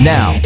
Now